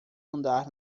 andar